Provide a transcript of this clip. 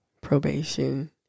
probation